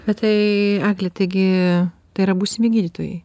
bet tai egle taigi tai yra būsimi gydytojai